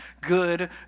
Good